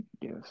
Yes